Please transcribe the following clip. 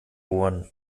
ohren